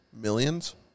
Millions